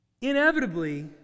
Inevitably